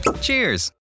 Cheers